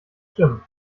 stimmen